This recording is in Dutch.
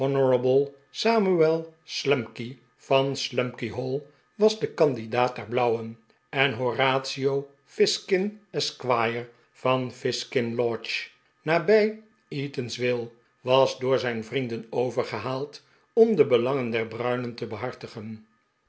slumkey van slumkeyhall was de candidaat der blauwen en horatio fizkin esq van fizkin lodge nabij eatanswill was door zijn vrienden overgehaald om de belangen der bruinen te behartigen